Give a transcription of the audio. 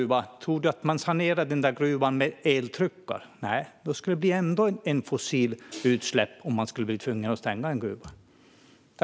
Tror du att man sanerar den där gruvan med eltruckar? Nej, det blir ett fossilt utsläpp även om man är tvungen att stänga en gruva.